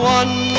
one